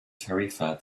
tarifa